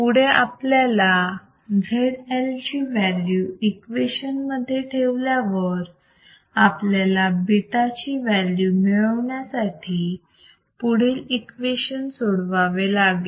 पुढे आपल्याला ZL ची व्हॅल्यू इक्वेशन मध्ये ठेवल्यावर आपल्याला A बीटा ची व्हॅल्यू मिळवण्यासाठी आपल्याला पुढे इक्वेशन सोडवावे लागेल